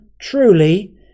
truly